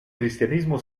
cristianismo